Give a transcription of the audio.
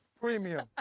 Premium